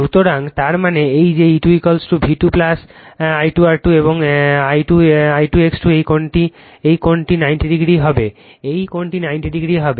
সুতরাং তার মানে এই যে E2 V2 I2 R2 এবং এই I2 X2 এই কোণটি এই কোণটি 90 ডিগ্রি হবে এই কোণটি 90 ডিগ্রি হবে